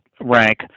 rank